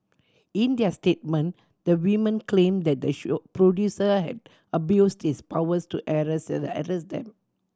in their statement the women claim that the producer had abused his powers to harass harass them